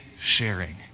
sharing